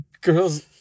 Girls